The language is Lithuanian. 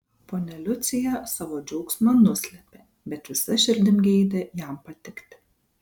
ponia liucija savo džiaugsmą nuslėpė bet visa širdim geidė jam patikti